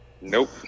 Nope